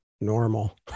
normal